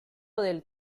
del